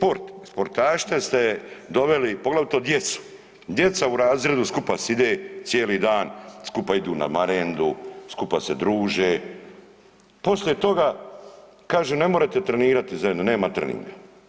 Sport, spotaše ste doveli, poglavito djecu, djeca u razredu skupa side cijeli dan, skupa idu na marednu, skupa se druže, poslije toga kaže ne morete trenirati zajedno, nema treneniga.